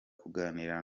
kuganira